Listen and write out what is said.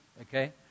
okay